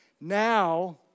Now